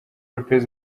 lopez